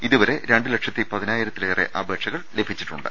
ഇതുവരെ രണ്ടുലക്ഷത്തി പതിനായിരത്തിലേറെ അപേക്ഷകൾ ലഭിച്ചിട്ടുണ്ട്